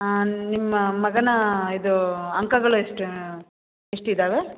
ನಿಮ್ಮ ಮಗನ ಇದು ಅಂಕಗಳೆಷ್ಟು ಎಷ್ಟಿದ್ದಾವೆ